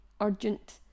urgent